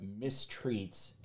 mistreats